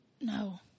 No